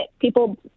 people